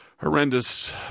Horrendous